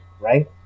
Right